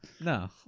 no